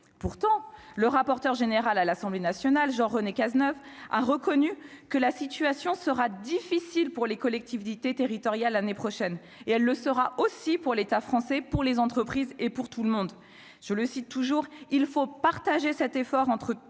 pourtant, le rapporteur général à l'Assemblée nationale, Jean-René Cazeneuve a reconnu que la situation sera difficile pour les collectivités territoriales année prochaine et elle le sera aussi pour l'État français pour les entreprises et pour tout le monde, je le cite toujours, il faut partager cet effort entre les